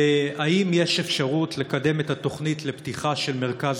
האם יש אפשרות לקדם את התוכנית לפתיחה של מרכז